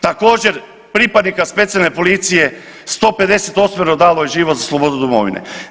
Također pripadnika specijalne policije 158 dalo je život za slobodu domovine.